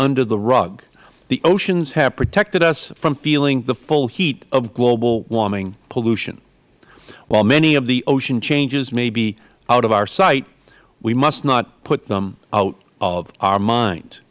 under the rug the oceans have protected us from feeling the full heat of global warming pollution while many of the ocean changes may be out of our sight we must not put them out of our mind